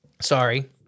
Sorry